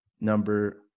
number